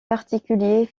particuliers